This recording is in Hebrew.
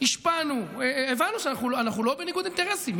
השפענו, הבנו שאנחנו לא בניגוד אינטרסים.